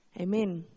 amen